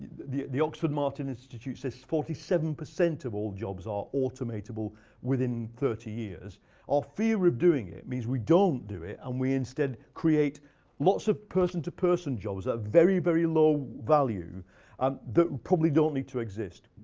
the the oxford martin institute says forty seven percent of all jobs are automatable within thirty years our fear of doing it means we don't do it, and we instead create lots of person-to-person jobs at very, very low value um that probably don't need to exist.